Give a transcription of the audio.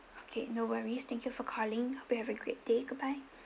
okay no worries thank you for calling hope you have a great day goodbye